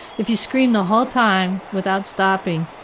if you scream the whole time without stopping,